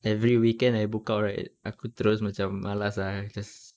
every weekend I book out right aku terus macam malas ah just